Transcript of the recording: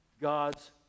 God's